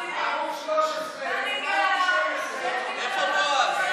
ערוץ 13, 12, איפה בועז?